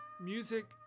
music